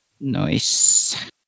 Nice